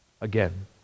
again